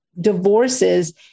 divorces